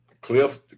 Cliff